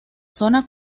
zona